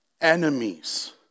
Enemies